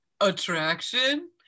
attraction